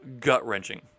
gut-wrenching